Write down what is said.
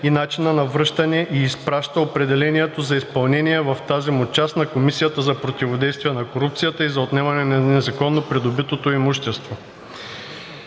и начина на връщане и изпраща определението за изпълнение в тази му част на Комисията за противодействие на корупцията и за отнемане на незаконно придобитото имущество.